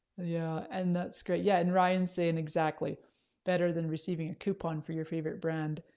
yeah and that's great. yeah and ryan's saying exactly better than receiving a coupon for your favorite brand